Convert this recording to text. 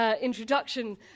introduction